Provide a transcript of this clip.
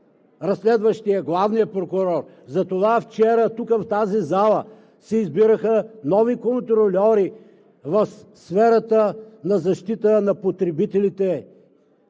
разследващият главния прокурор. Затова вчера тук в тази зала се избираха нови контрольори в сферата на защита на потребителите.